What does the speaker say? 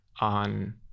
on